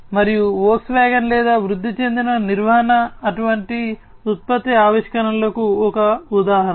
మరియు వోక్స్వ్యాగన్ లేదా వృద్ధి చెందిన నిర్వహణ అటువంటి ఉత్పత్తి ఆవిష్కరణలకు ఒక ఉదాహరణ